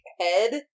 head